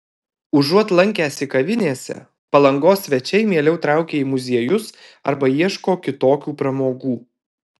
užuot lankęsi kavinėse palangos svečiai mieliau traukia į muziejus arba ieško kitokių pramogų